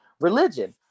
religion